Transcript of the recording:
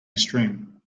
stream